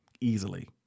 easily